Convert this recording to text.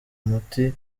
muti